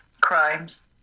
crimes